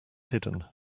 hidden